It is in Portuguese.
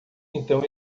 então